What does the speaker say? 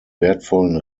wertvollen